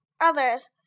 Others